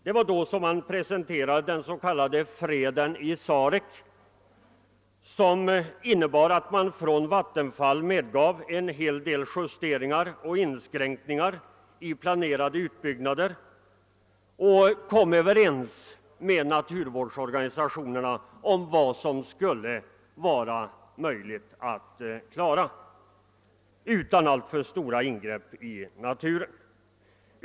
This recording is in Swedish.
Dessa överläggningar resulterade i den s.k. freden i Sarek, som innebar att Vattenfall medgav en hel del justeringar och inskränkningar i planerade utbyggnader och kom överens med naturvårdsorganisationerna om vad som skulle vara möjligt att genomföra utan alltför stora ingrepp i naturen.